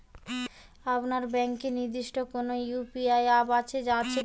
আপনার ব্যাংকের নির্দিষ্ট কোনো ইউ.পি.আই অ্যাপ আছে আছে কি?